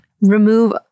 Remove